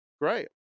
great